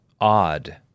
odd